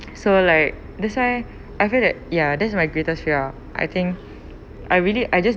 so like that's why I feel that ya that's my greatest fear I think I really I just